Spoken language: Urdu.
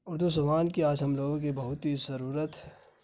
اردو زبان کی آج ہم لوگوں کی بہت ہی ضرورت ہے